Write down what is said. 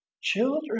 children